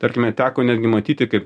tarkime teko netgi matyti kaip